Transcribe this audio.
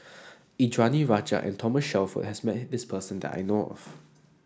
Indranee Rajah and Thomas Shelford has met this person that I know of